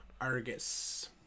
Argus